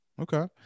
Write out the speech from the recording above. okay